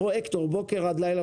פרויקטור מבוקר עד לילה,